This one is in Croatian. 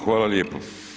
Hvala lijepo.